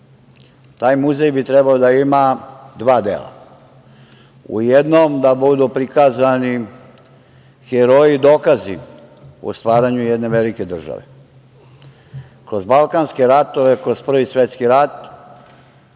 Taj muzej bi trebao da ima dva dela, u jednom da budu prikazani heroji i dokazi o stvaranju jedne velike države kroz Balkanske ratove, kroz Prvi svetski rat,